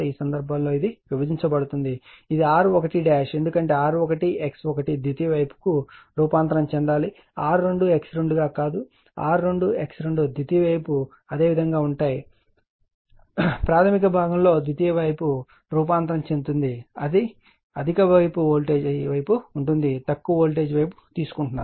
ఈ సందర్భంలో ఇది విభజించబడుతుంది ఇది R1 ఎందుకంటే R1 X1 ద్వితీయ వైపుకు రూపాంతరం చెందాలిR2 X2 గా కాదు R2 X2 ద్వితీయ వైపు అదే విధముగా ఉంటాయి ప్రాధమిక భాగంలో ద్వితీయ వైపు రూపాంతరం చెందుతుంది అధిక వోల్టేజ్ వైపు ఉంటుంది తక్కువ వోల్టేజ్ వైపు తీసుకుంటున్నారు